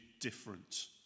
different